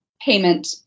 payment